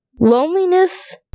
Loneliness